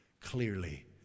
clearly